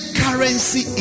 currency